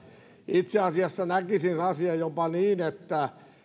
itse asiassa näkisin asian jopa niin että